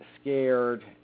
scared